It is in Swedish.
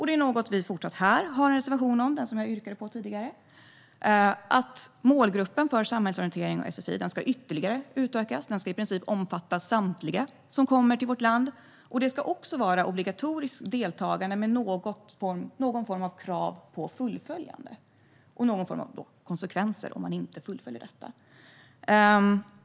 Där har vi en reservation, som jag yrkade bifall till tidigare, om att målgruppen för samhällsorientering och sfi ska utökas ytterligare. Detta ska i princip omfatta samtliga som kommer till vårt land, och det ska vara obligatoriskt deltagande med någon form av krav på fullföljande och konsekvenser om man inte fullföljer.